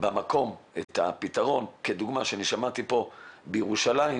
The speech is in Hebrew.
במקום את הפתרון כדוגמת מה ששמעתי פה בירושלים,